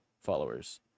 followers